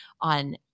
on